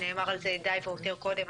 נאמר על זה די והותר קודם,